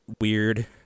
weird